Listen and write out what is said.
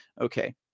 Okay